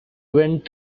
went